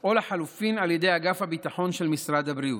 או לחלופין על ידי אגף הביטחון של משרד הבריאות.